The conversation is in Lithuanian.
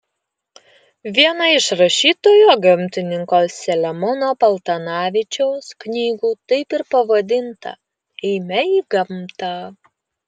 viena iš rašytojo gamtininko selemono paltanavičiaus knygų taip ir pavadinta eime į gamtą